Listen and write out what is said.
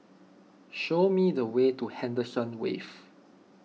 show me the way to Henderson Wave